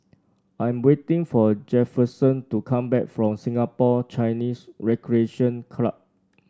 I am waiting for Jefferson to come back from Singapore Chinese Recreation Club